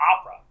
opera